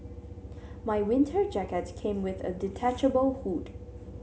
my winter jacket came with a detachable hood